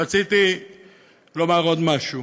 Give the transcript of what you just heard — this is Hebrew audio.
רציתי לומר עוד משהו